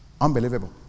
Unbelievable